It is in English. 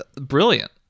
brilliant